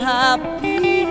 happy